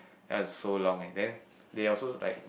that's so long eh then they also like